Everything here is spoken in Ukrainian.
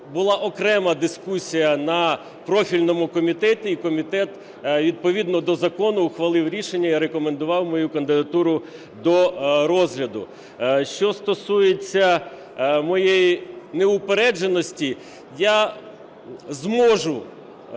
була окрема дискусія на профільному комітеті і комітет відповідно до закону ухвалив рішення і рекомендував мою кандидатуру до розгляду. Що стосується моєї неупередженості. Я зможу